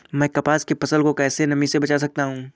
मैं कपास की फसल को कैसे नमी से बचा सकता हूँ?